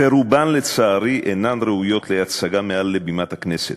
ורובן, לצערי, אינן ראויות להצגה מעל בימת הכנסת.